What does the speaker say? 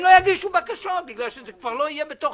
הם לא יגישו בקשות בגלל שזה כבר לא יהיה בתוך